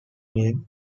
name